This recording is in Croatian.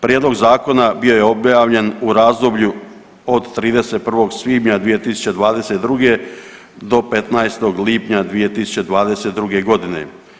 Prijedlog zakona bio je objavljen u razdoblju od 31. svibnja 2022. do 15. lipnja 2022. godine.